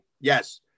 yes